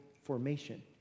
formation